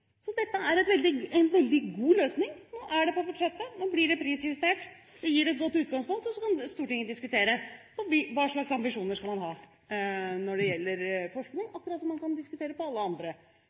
Så dette er en veldig god løsning. Nå er det på budsjettet, nå blir det prisjustert. Det gir et godt utgangspunkt, og så kan Stortinget diskutere hva slags ambisjoner man skal ha når det gjelder forskning, akkurat som man kan diskutere på alle